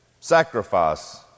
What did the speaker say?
sacrifice